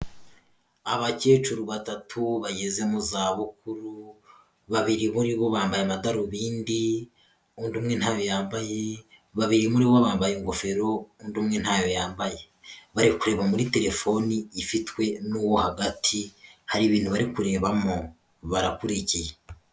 Abakecuru batatu bageze mu zabukuru, babiri muri bo bambaye amadarubindi, undi umwe ntayo yambye, babiri muri bo bambaye ingofero undi umwe ntayo yambaye. Bari kureba muri telefone ifitwe n'uwo hagati hari ibintu bari kurebamo barakurikiye.